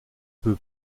peu